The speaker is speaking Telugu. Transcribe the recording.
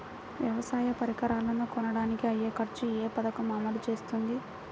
వ్యవసాయ పరికరాలను కొనడానికి అయ్యే ఖర్చు ఏ పదకము అమలు చేస్తుంది?